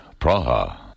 Praha